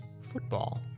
football